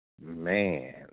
Man